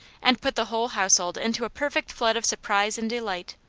and put the whole household into a perfect flood of sur prise and delight.